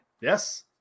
Yes